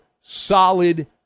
solid